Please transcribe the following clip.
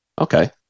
Okay